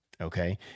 okay